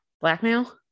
blackmail